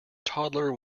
toddler